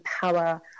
power